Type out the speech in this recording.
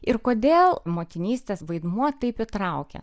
ir kodėl motinystės vaidmuo taip įtraukia